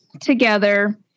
together